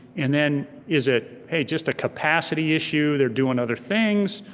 and then is it, hey, just a capacity issue, they're doing other things,